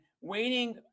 waiting